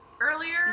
earlier